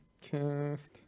Cast